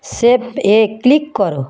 save এ click করো